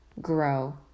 grow